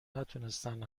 نتونستن